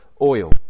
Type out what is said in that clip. oil